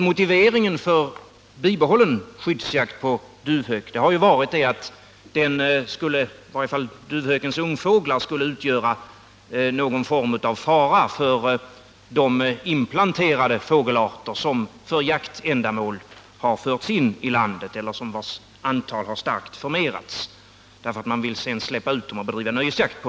Motiveringen för bibehållen skyddsjakt på duvhök har ju varit att ungfåglarna skulle utgöra en fara för de inplanterade fågelarter som för jaktändamål har förts in i landet och vars antal har starkt förmerats. Dessa fågelarter vill man alltså bedriva nöjesjakt på.